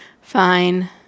Fine